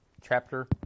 Chapter